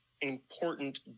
important